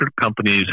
companies